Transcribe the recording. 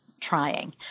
trying